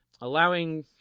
allowing